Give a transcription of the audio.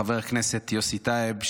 חבר הכנסת יוסי טייב,